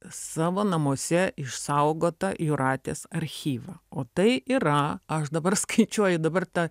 savo namuose išsaugotą jūratės archyvą o tai yra aš dabar skaičiuoju dabar ta